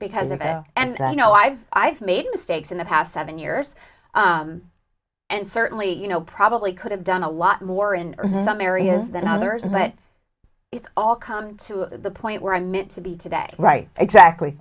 because of it and you know i've i've made mistakes in the past seven years and certainly you know probably could have done a lot more in some areas than others but it's all come to the point where i'm meant to be today right exactly